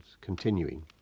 continuing